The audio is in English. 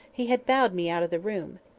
he had bowed me out of the room.